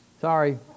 Sorry